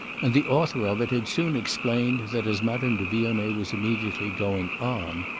and the author of it had soon explained that, as madame de vionnet was immediately going on,